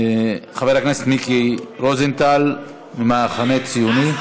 חבר הכנסת מיקי רוזנטל מהמחנה הציוני.